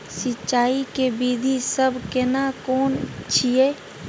सिंचाई के विधी सब केना कोन छिये?